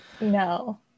No